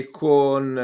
con